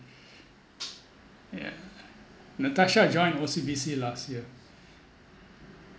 yeah natasha joined O_C_B_C last year